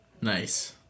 Nice